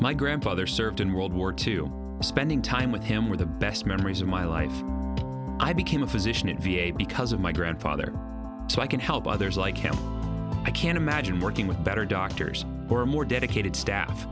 my grandfather served in world war two spending time with him were the best memories of my life i became a physician in v a because of my grandfather so i can help others like him i can't imagine working with better doctors who are more dedicated staff